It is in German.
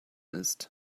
ist